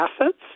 assets